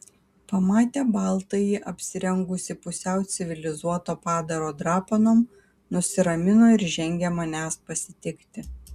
pamatę baltąjį apsirengusį pusiau civilizuoto padaro drapanom nusiramino ir žengė manęs pasitikti